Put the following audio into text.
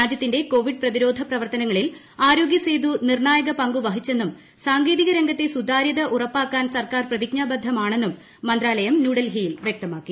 രാജ്യത്തിന്റെ കൊവിഡ് പ്രതിരോധ പ്രവർത്തനങ്ങളിൽ ആരോഗ്യസേതു നിർണായക പങ്കുവഹിച്ചെന്നും സാങ്കേതിക രംഗത്തെ സ്ഥുതാരൃത ഉറപ്പാക്കാൻ ഗവൺമെൻറ് പ്രതിജ്ഞാബദ്ധമാണെന്നും മന്ത്രാലയം ന്യൂഡൽഹിയിൽ വ്യക്തമാക്കി